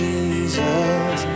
Jesus